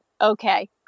okay